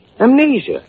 Amnesia